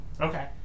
Okay